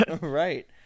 right